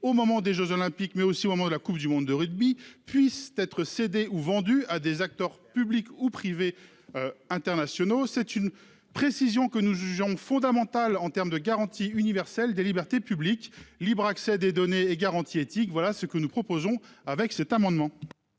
au moment des Jeux Olympiques mais aussi au moment de la Coupe du monde de rugby puissent être cédés ou vendus à des acteurs publics ou privés. Internationaux c'est une précision que nous jugeons fondamentales en termes de garantie universelle des libertés publiques libre accès des données est garantie éthique, voilà ce que nous proposons avec cet amendement.